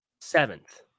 Seventh